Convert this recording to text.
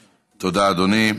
תודה, אדוני.